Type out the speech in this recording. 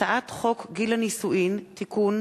הצעת חוק גיל הנישואין (תיקון,